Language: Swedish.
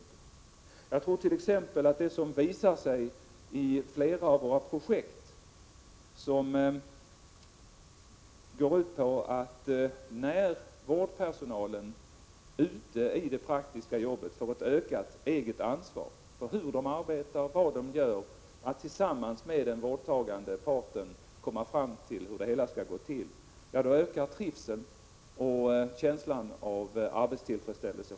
En sådan utgångspunkt tror jag kan vara en sak som har visat sig i flera av våra projekt. När vårdpersonalen ute i det praktiska arbetet får ett ökat eget ansvar för arbetsuppgifterna genom att de tillsammans med den vårdtagande parten kommer fram till hur dessa skall utföras, då ökar trivseln och känslan av arbetstillfredsställelse.